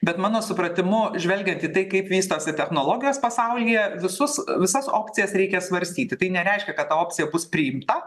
bet mano supratimu žvelgiant į tai kaip vystosi technologijos pasaulyje visus visas opcijas reikia svarstyti tai nereiškia kad ta opcija bus priimta